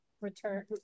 return